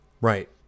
Right